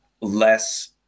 less